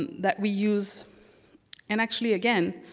that we use and actually again,